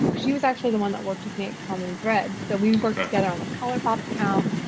she was actually the one that worked with me at common thread. so we worked together on the colourpop account,